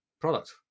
product